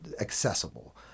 accessible